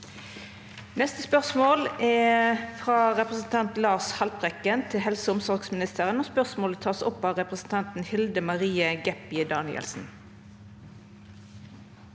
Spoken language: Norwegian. Dette spørsmålet, frå repre- sentanten Lars Haltbrekken til helse- og omsorgsministeren, vil verta teke opp av representanten Hilde Marie Gaebpie Danielsen.